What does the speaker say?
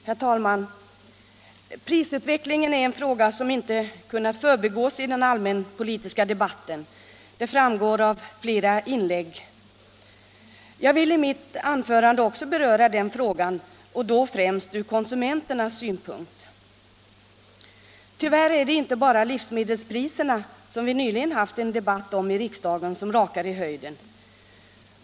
Herr talman! Prisutvecklingen är en fråga som inte kunnat förbigås i den allmänpolitiska debatten. Det framgår av flera inlägg. Jag vill i mitt anförande också beröra den frågan, främst ur konsumenternas synpunkt. Tyvärr är det inte bara livsmedelspriserna, som vi nyligen haft en debatt om i riksdagen, som rakar i höjden.